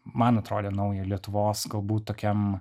man atrodė nauja lietuvos galbūt tokiam